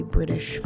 British